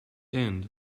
end